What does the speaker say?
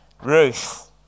Ruth